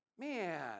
Man